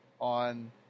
on